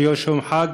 שיש יום חג,